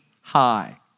high